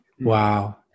Wow